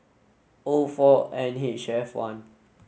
O four N H F one